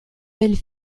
belles